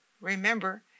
remember